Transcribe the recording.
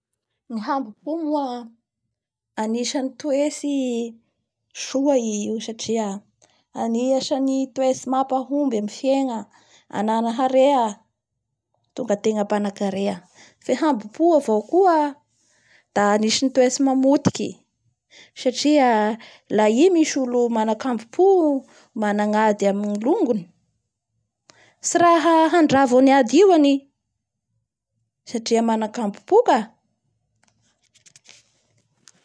Ny hambom-po moa anisany toetsy soa io satria anisan'ny toetsy mampahomby amin'ny fiegna anana harea, hahatonga ategna mpanakarea, fe hambom-po avao koa da anisan'ny toetsy mamotiky satria a i misy olo manakambopo, manana ady amin'ny ognony tsy raha handravo any ady io any i, satria makambompo ka.